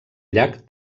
llac